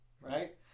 right